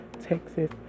texas